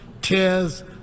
tears